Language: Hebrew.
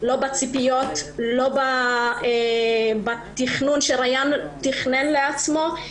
לא בציפיות, לא בתכנון שריאן תכנן לעצמו.